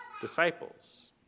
disciples